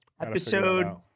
Episode